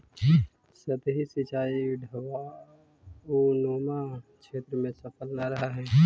सतही सिंचाई ढवाऊनुमा क्षेत्र में सफल न रहऽ हइ